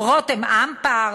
"רותם אמפרט",